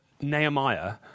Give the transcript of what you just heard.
Nehemiah